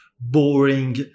boring